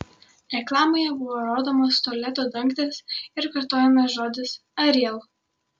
reklamoje buvo rodomas tualeto dangtis ir kartojamas žodis ariel